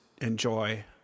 enjoy